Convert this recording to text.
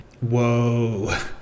Whoa